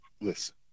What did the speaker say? listen